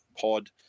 pod